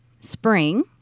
Spring